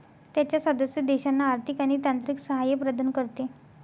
त्याच्या सदस्य देशांना आर्थिक आणि तांत्रिक सहाय्य प्रदान करते